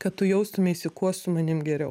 kad tu jaustumeisi kuo su manim geriau